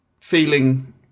feeling